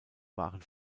waren